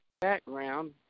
background